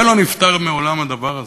זה לא נפתר מעולם, הדבר הזה,